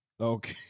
Okay